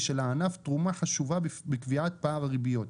של הענף תרומה חשובה בקביעת פער הריביות.